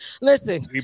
listen